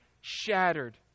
shattered